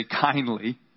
kindly